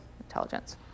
intelligence